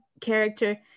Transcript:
character